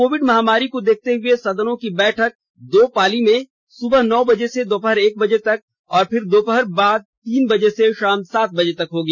Covid महामारी को देखते हुए सदनों की बैठक दो पाली में सुबह नौ बजे से दोपहर एक बजे तक और फिर दोपहर बाद तीन बजे से शाम सात बजे तक होगी